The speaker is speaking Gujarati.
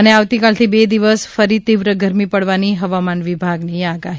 ૈ આવતીકાલથી બે દિવસ ફરી તીવ્ર ગરમી પડવાની હવામાન વિભાગની આગાહી